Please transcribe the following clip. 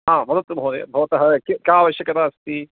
हा वदतु महोदय भवतः क का आवश्यकता अस्ति